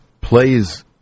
plays